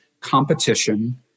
Competition